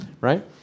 right